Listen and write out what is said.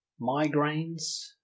migraines